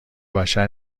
بشر